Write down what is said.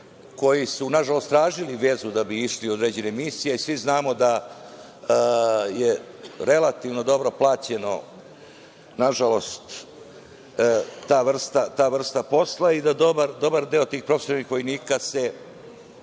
koji su, nažalost, tražili vezu da bi išli u određene misije i svi znamo da je relativno dobro plaćena, nažalost, ta vrsta posla i da dobar deo tih profesionalnih vojnika se